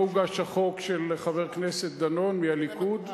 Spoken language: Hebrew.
לא הוגש החוק של חבר הכנסת דנון מהליכוד,